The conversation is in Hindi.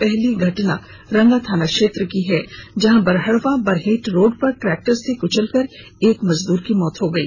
पहली घटना रांगा थाना क्षेत्र की है जहां बरहडवा बरहेट रोड पर ट्रैक्टर से कुचलकर एक मजदूर की मौत हो गई